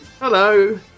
Hello